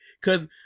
Cause